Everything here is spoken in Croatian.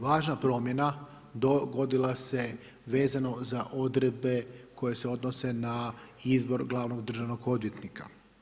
Važna promjena dogodila se vezano za odredbe koje se odnose na izbor glavnog državnog odvjetnika.